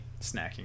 snacking